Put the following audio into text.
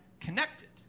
connected